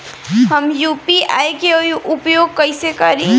हम यू.पी.आई के उपयोग कइसे करी?